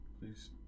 Please